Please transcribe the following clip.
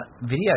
video